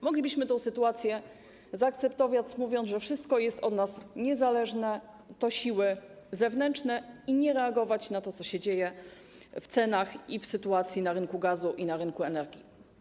Moglibyśmy tę sytuację zaakceptować, mówiąc, że wszystko jest od nas niezależne, to siły zewnętrzne, i nie reagować na to, co się dzieje, jeśli chodzi o ceny i sytuację na rynku gazu i na rynku energii.